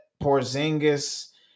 Porzingis